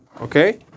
okay